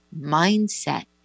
mindset